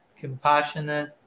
compassionate